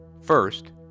First